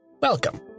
Welcome